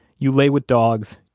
you lay with dogs,